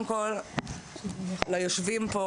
ליושבים פה,